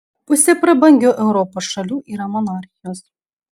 pusė prabangių europos šalių yra monarchijos